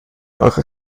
eurer